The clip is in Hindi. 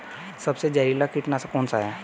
सबसे जहरीला कीटनाशक कौन सा है?